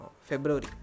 February